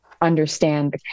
understand